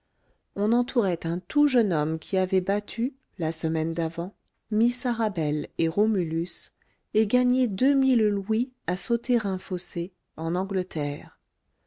on entourait un tout jeune homme qui avait battu la semaine d'avant miss arabelle et romulus et gagné deux mille louis à sauter un fossé en angleterre